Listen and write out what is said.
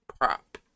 Prop